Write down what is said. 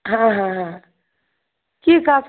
হ্যাঁ হ্যাঁ হ্যাঁ কী কাজ